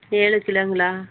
ஏழு கிலோங்களா